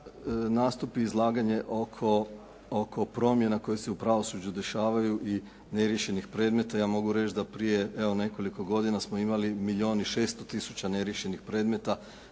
nastup i izlaganje oko promjena koje se u pravosuđu dešavaju i neriješenih predmeta ja mogu reći da prije evo nekoliko godina smo imali milijun i 600 tisuća neriješenih predmeta.